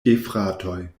gefratoj